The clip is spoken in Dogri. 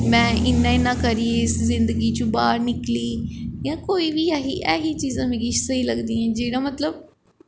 में इ'यां इ'यां करियै इस जिन्दगी चूं बाह्र निकली इयां कोई बी ऐही ऐही चीज़ां मिगी स्हेई लगदियां जेह्ड़ा मतलब